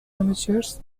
amateurs